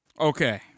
Okay